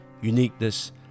uniqueness